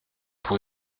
pour